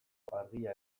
argia